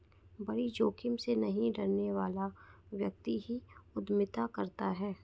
बड़ी जोखिम से नहीं डरने वाला व्यक्ति ही उद्यमिता करता है